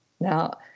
Now